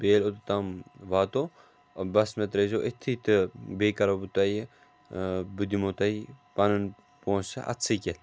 بیٚیہِ اَگر توٚتتام واتناوَو بس مےٚ ترٛٲوِزیٚو أتی تہٕ بیٚیہِ کرہو بہٕ تۅہہِ بہٕ دِمو تۅہہِ پَنُن پۅنٛسہِ اَتھسٕے کٮ۪تھ